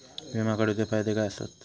विमा काढूचे फायदे काय आसत?